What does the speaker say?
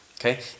Okay